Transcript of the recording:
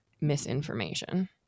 misinformation